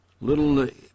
little